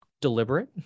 deliberate